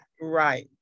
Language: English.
Right